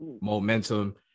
momentum